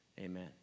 amen